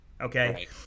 Okay